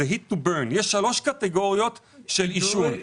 יש שלוש קטגוריות של עישון.